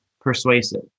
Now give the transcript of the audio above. persuasive